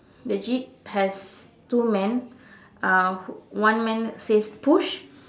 the jeep has two man uh one man says push